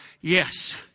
yes